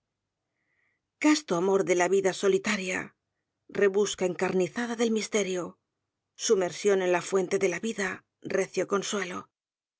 casto amor de la vida solitaria rebusca encarnizada del misterio sumersión en la fuente de la vida recio consuelo